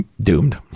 doomed